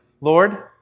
Lord